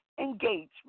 engagement